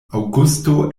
aŭgusto